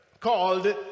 called